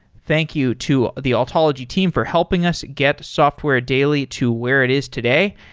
thank you to the altology team for helping us get software daily to where it is today,